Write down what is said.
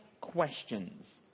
questions